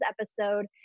episode